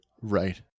Right